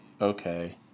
Okay